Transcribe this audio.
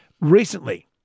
Recently